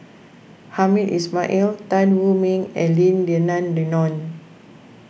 Hamed Ismail Tan Wu Meng and Lim Denan Denon